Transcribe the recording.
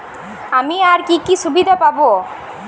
আমি আর কি কি সুবিধা পাব?